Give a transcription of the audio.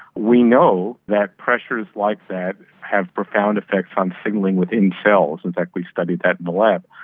we know that pressures like that have profound effects on signalling within cells, in fact we studied that in the lab,